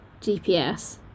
GPS